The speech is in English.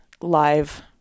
live